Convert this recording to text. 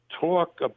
talk